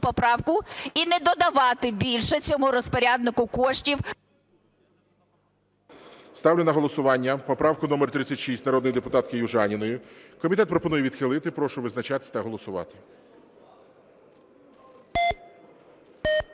і не додавати більше цьому розпоряднику коштів… ГОЛОВУЮЧИЙ. Ставлю на голосування поправку номер 36 народної депутатки Южаніної. Комітет пропонує відхилити. Прошу визначатися та голосувати.